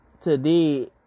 today